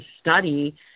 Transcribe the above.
study